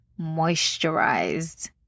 moisturized